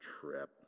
trip